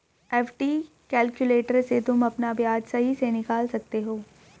FD calculator से तुम अपना ब्याज सही से निकाल सकते हो